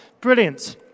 Brilliant